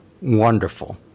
wonderful